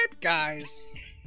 guys